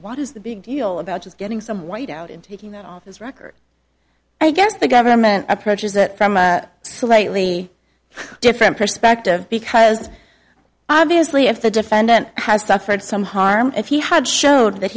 what is the big deal about just getting some weight out in taking that off his record i guess the government approaches it from a slightly different perspective because obviously if the defendant has suffered some harm if he had showed that